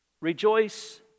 rejoice